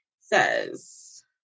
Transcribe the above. says